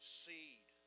seed